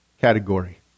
category